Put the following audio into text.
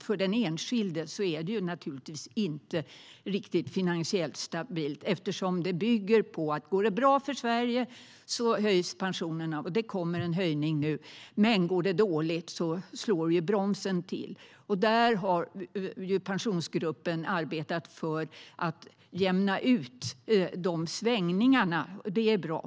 För den enskilde är det dock inte riktigt finansiellt stabilt, eftersom det bygger på att pensionerna höjs om det går bra för Sverige - det kommer att komma en höjning nu - men om det går dåligt slår bromsen till. Pensionsgruppen har arbetat för att jämna ut de svängningarna. Det är bra.